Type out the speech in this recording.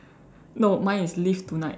no mine is live tonight